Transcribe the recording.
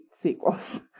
sequels